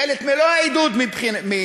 הוא התעודד, הוא